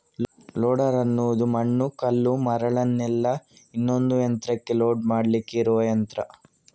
loader ಅನ್ನುದು ಮಣ್ಣು, ಕಲ್ಲು, ಮರಳನ್ನೆಲ್ಲ ಇನ್ನೊಂದು ಯಂತ್ರಕ್ಕೆ ಲೋಡ್ ಮಾಡ್ಲಿಕ್ಕೆ ಇರುವ ಯಂತ್ರ